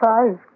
Five